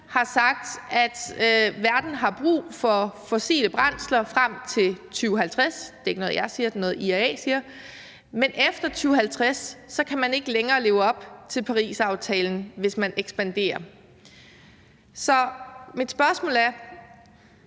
har sagt, at verden har brug for fossile brændsler frem til 2050 – det er ikke noget, jeg siger, det er noget, IEA siger – men at man efter 2050 ikke længere kan leve op til Parisaftalen, hvis man ekspanderer. Så mit spørgsmål er: